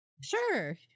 Sure